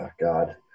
God